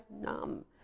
numb